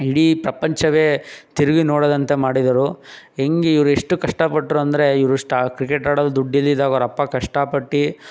ಇಡೀ ಪ್ರಪಂಚವೇ ತಿರುಗಿ ನೋಡದಂತೆ ಮಾಡಿದರು ಹೆಂಗೆ ಇವರು ಇಷ್ಟು ಕಷ್ಟಪಟ್ಟರು ಅಂದರೆ ಇವರು ಸ್ಟಾ ಕ್ರಿಕೆಟ್ ಆಡಲು ದುಡ್ಡು ಇಲಿದಾಗ ಅವ್ರ ಅಪ್ಪ ಕಷ್ಟಪಟ್ಟು